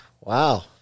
Wow